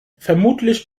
vermutlich